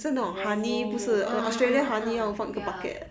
!whoa! ah ah ah ah ya